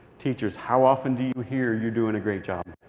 teachers, how often do you hear you're doing a great job?